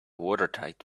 watertight